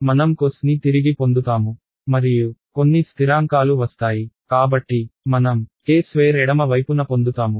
మనం cosని తిరిగి పొందుతాము మరియు కొన్ని స్థిరాంకాలు వస్తాయి కాబట్టి మనం k² ఎడమ వైపున పొందుతాము